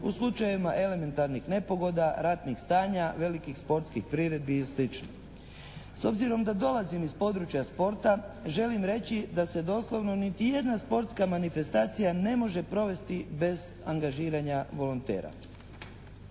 u slučajevima elementarnih nepogoda, ratnih stanja, velikih sportskih priredbi i slično. S obzirom da dolazim iz područja sporta želim reći da se doslovno niti jedna sportska manifestacija ne može provesti bez angažiranja volontera.